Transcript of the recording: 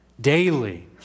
daily